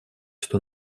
что